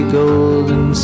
golden